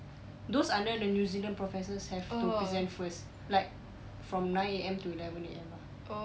those under the new zealand professors have to present first like from nine A_M to eleven A_M lah